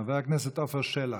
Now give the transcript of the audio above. חבר הכנסת עפר שלח,